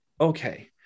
Okay